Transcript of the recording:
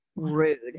rude